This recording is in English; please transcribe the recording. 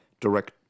direct